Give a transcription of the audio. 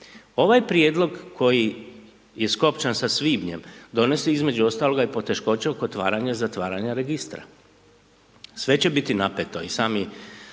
Ovaj prijedlog koji je skopčan sa svibnjem, donosi između ostaloga i poteškoće oko otvaranja i zatvaranja registra, sve će biti napeto i sami